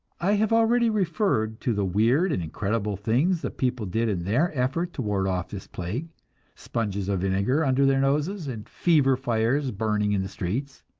i have already referred to the weird and incredible things the people did in their effort to ward off this plague sponges of vinegar under their noses and fever fires burning in the streets